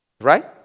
Right